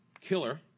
killer